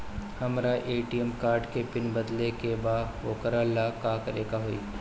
हमरा ATM card के PIN बदले के बा वोकरा ला का करे के होई?